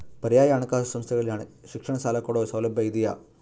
ಪರ್ಯಾಯ ಹಣಕಾಸು ಸಂಸ್ಥೆಗಳಲ್ಲಿ ಶಿಕ್ಷಣ ಸಾಲ ಕೊಡೋ ಸೌಲಭ್ಯ ಇದಿಯಾ?